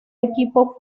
equipo